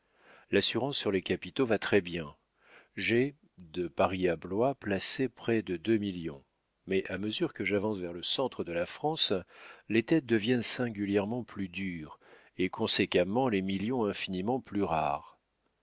l'assurance sur les capitaux va très-bien j'ai de paris à blois placé près de deux millions mais à mesure que j'avance vers le centre de la france les têtes deviennent singulièrement plus dures et conséquemment les millions infiniment plus rares